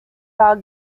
our